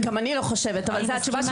גם אני לא חושבת, אבל זו התשובה.